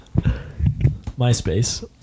MySpace